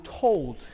told